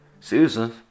Susan